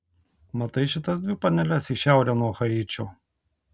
matai šitas dvi paneles į šiaurę nuo haičio